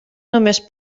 només